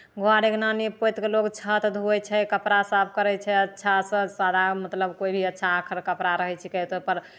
हुआँ रहि कऽ ना नीप पोति कऽ लोक छत धोअइ छै कपड़ा साफ करै छै अच्छासँ सारा मतलब कोइ भी अच्छा आखर कपड़ा रहै छिकै तऽ ओहिपर